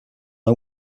his